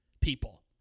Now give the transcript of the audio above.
people